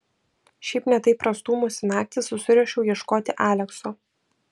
šiaip ne taip prastūmusi naktį susiruošiau ieškoti alekso